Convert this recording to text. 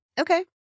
Okay